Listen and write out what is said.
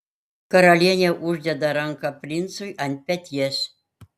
karalienė uždeda ranką princui ant peties